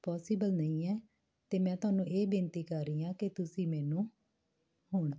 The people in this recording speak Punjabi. ਪੋਸੀਬਲ ਨਹੀਂ ਹੈ ਅਤੇ ਮੈਂ ਤੁਹਾਨੂੰ ਇਹ ਬੇਨਤੀ ਕਰ ਰਹੀ ਹਾਂ ਕਿ ਤੁਸੀਂ ਮੈਨੂੰ ਹੁਣ